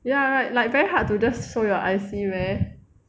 ya right like very hard to just show your I_C meh